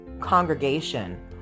congregation